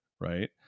right